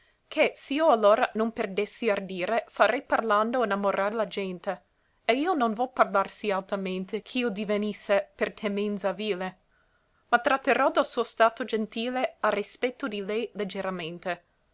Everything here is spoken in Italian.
che s'io allora non perdessi ardire farei parlando innamorar la gente e io non vo parlar sì altamente ch'io divenisse per temenza vile ma tratterò del suo stato gentile a respetto di lei leggeramente